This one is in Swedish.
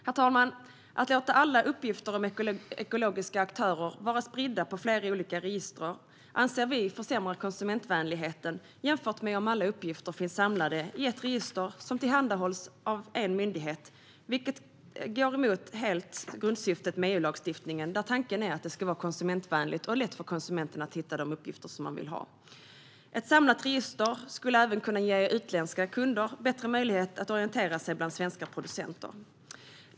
Herr talman! Att låta alla uppgifter om ekologiska aktörer vara spridda på flera olika register försämrar konsumentvänligheten, jämfört med om alla uppgifter skulle finnas samlade i ett register som tillhandahålls av en myndighet. Det går helt emot EU-lagstiftningens grundsyfte. Tanken är att det ska vara konsumentvänligt och lätt för konsumenten att hitta de uppgifter man vill ha. Ett samlat register skulle även kunna ge utländska kunder bättre möjlighet att orientera sig bland svenska producenter.